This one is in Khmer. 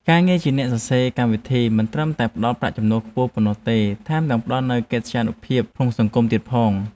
ការងារជាអ្នកសរសេរកម្មវិធីមិនត្រឹមតែផ្ដល់ប្រាក់ចំណូលខ្ពស់ប៉ុណ្ណោះទេថែមទាំងផ្ដល់នូវកិត្យានុភាពក្នុងសង្គមទៀតផង។